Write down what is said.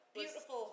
beautiful